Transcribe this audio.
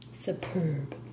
Superb